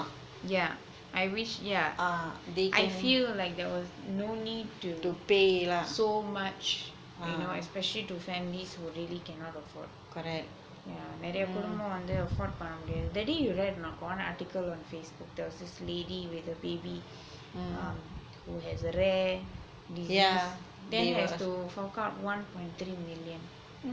yeah I wish I feel like no need to pay so much you know especially to families that really cannot afford நிறைய குடும்பம் வந்து:niraiya kudumbam vanthu afford பண்ண முடியாது:panna mudiyathu that day you read one article on facebook there was this lady with a baby um who has a rare disease then has to fork out one point three million